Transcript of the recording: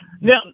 now